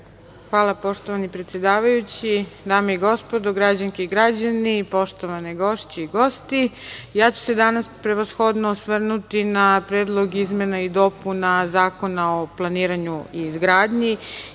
Hvala, poštovani predsedavajući. Dame i gospodo, građanke i građani, poštovane gošće i gosti, ja ću se danas prevashodno osvrnuti na predlog izmena i dopuna Zakona o planiranju i izgradnji